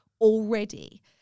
already